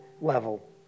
level